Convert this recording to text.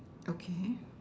okay